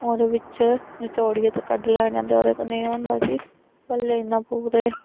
ओह्दे बिच्च नचोड़ियै ते कड्डी लैने होंदे ओह्दे कन्नै एह् होंदा कि पल्ले इ'यां पूरे